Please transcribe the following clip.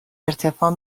ارتفاع